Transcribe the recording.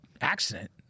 accident